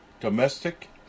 Domestic